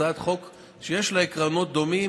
הצעת חוק שיש לה עקרונות דומים,